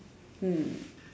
hmm